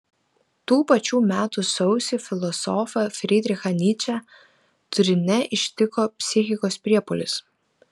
tų pačių metų sausį filosofą frydrichą nyčę turine ištiko psichikos priepuolis